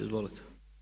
Izvolite.